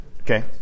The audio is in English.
Okay